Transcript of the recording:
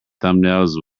thumbnails